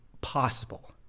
possible